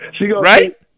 Right